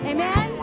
Amen